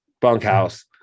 bunkhouse